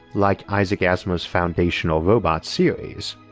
like isaac asimov's foundation or robots series.